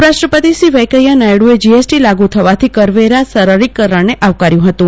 ઉપરાષ્ટ્રપતિશ્રી વૈંકેયા નાયડુએ જીએસટી લાગુ થવાથી કરવેરા સરળીકરણને આવકાર્યું હતું